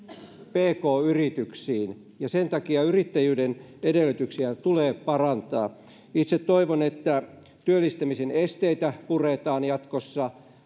pk yrityksiin ja sen takia yrittäjyyden edellytyksiä tulee parantaa itse toivon että työllistämisen esteitä puretaan jatkossa